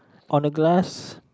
on a glass